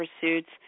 pursuits